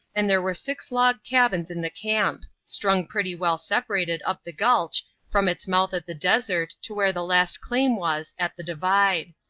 and there were six log cabins in the camp strung pretty well separated up the gulch from its mouth at the desert to where the last claim was, at the divide.